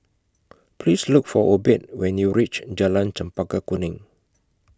Please Look For Obed when YOU REACH Jalan Chempaka Kuning